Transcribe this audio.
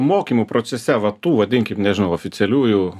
mokymų procese va tų vadinkim nežinau oficialiųjų